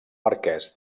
marquès